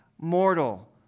mortal